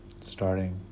starting